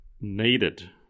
needed